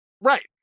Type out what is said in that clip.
Right